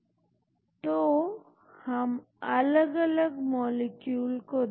PDB entry का ligand 2w26 एक antithrombotic drug candidate है जोकि क्लीनिकल टेस्टिंग में है